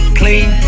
clean